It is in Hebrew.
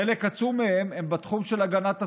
חלק עצום מהם הם בתחום של הגנת הסביבה: